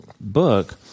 book